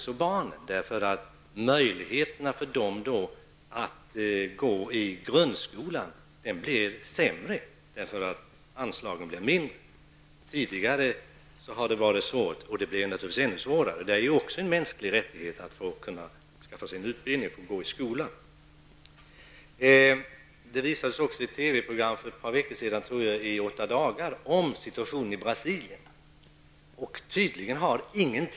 När anslagen blir mindre, minskar möjligheterna för barn att få gå i grundskola. Det var svårt redan tidigare, men nu har det naturligtvis blivit ännu svårare. Det är också en mänsklig rättighet att få gå i skola och skaffa sig en utbildning. För ett par veckor sedan visades ett reportage om situationen i Brasilien i TV-programmet 8 dagar.